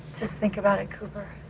just think about it, cooper.